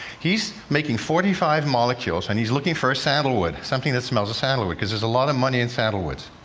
he's making forty five molecules, and he's looking for a sandalwood, something that smells of sandalwood. because there's a lot of money in sandalwoods.